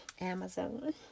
amazon